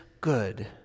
good